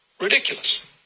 ridiculous